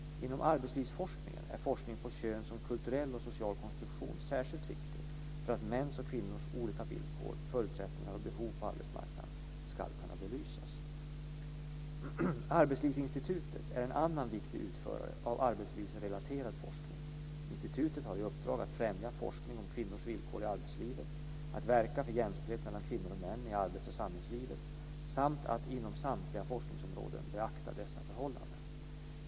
Inom arbetslivsforskningen är forskning på kön som kulturell och social konstruktion särskilt viktig för att mäns och kvinnors olika villkor, förutsättningar och behov på arbetsmarknaden ska kunna belysas. Arbetslivsinstitutet är en annan viktig utförare av arbetslivsrelaterad forskning. Institutet har i uppdrag att främja forskning om kvinnors villkor i arbetslivet, att verka för jämställdhet mellan kvinnor och män i arbets och samhällslivet samt att inom samtliga forskningsområden beakta dessa förhållanden.